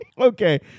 Okay